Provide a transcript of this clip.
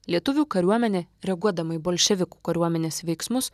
lietuvių kariuomenė reaguodama į bolševikų kariuomenės veiksmus